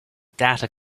data